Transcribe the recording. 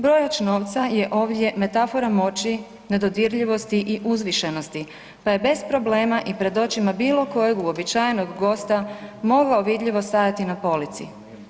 Brojač novca je ovdje metafora moći, nedodirljivosti i uzvišenosti pa je bez problema i pred očima bilo kojeg uobičajenog gosta mogao vidljivo stajati na polici.